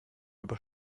über